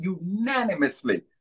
unanimously